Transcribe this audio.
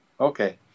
Okay